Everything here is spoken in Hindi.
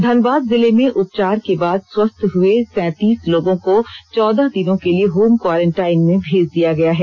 धनबाद जिले में उपचार के बाद स्वस्थ हुए सैंतीस लोगों को चौदह दिनों के लिए होम क्वारेंटाइन में भेज दिया गया है